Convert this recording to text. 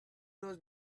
does